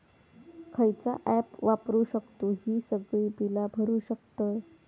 खयचा ऍप वापरू शकतू ही सगळी बीला भरु शकतय?